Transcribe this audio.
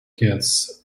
kids